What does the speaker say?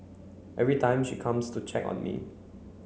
every time she comes to check on me